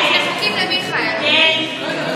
של חבר הכנסת מיכאל מרדכי ביטון,